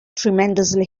tremendously